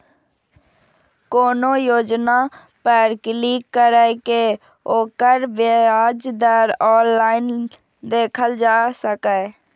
कोनो योजना पर क्लिक कैर के ओकर ब्याज दर ऑनलाइन देखल जा सकैए